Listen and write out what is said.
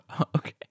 Okay